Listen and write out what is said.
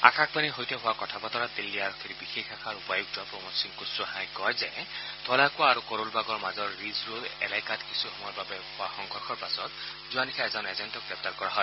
আকাশবাণীৰ সৈতে হোৱা কথা বতৰাত দিল্লী আৰক্ষীৰ বিশেষ শাখাৰ উপায়ুক্ত প্ৰমোদ সিং কুখাহাই কয় যে ঘৌলাকুৱা আৰু কৰোলবাগৰ মাজৰ ৰিজ ৰোড এলেকাত কিছু সময়ৰ বাবে হোৱা সংঘৰ্ষৰ পাছত যোৱা নিশা এজেণ্টজনক গ্ৰেপ্তাৰ কৰা হয়